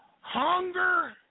hunger